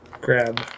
grab